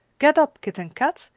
get up, kit and kat,